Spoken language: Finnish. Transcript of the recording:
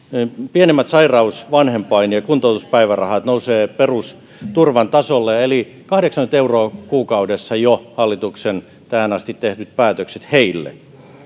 pienimmät sairaus vanhempain ja kuntoutuspäivärahat nousevat perusturvan tasolle eli kahdeksankymmentä euroa kuukaudessa ovat hallituksen jo tähän asti tekemät päätökset heille